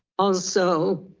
also,